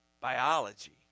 biology